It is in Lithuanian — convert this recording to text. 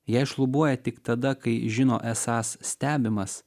jei šlubuoja tik tada kai žino esąs stebimas